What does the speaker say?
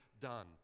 done